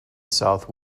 south